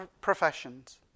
professions